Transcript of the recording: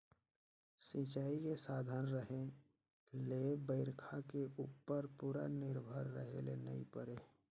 सिंचई के साधन रहें ले बइरखा के उप्पर पूरा निरभर रहे ले नई परे